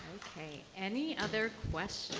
okay, any other questions?